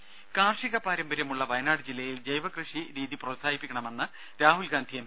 ദ്ദേ കാർഷിക പാരമ്പര്യമുളള വയനാട് ജില്ലയിൽ ജൈവ കൃഷി രീതി കൂടുതൽ പ്രോത്സാഹിപ്പിക്കണമെന്ന് രാഹുൽ ഗാന്ധി എം